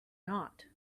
not